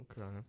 Okay